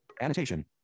Annotation